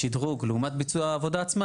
שדרוג לעומת ביצוע העבודה עצמה,